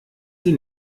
sie